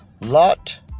lot